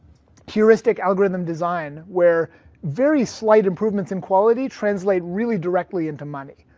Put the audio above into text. heuristic algorithm design where very slight improvements in quality translate really directly into money.